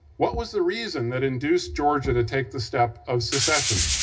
what was the reason that induced georgia to take the step of secession,